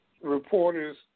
reporters